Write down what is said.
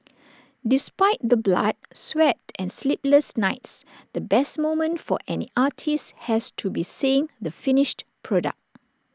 despite the blood sweat and sleepless nights the best moment for any artist has to be seeing the finished product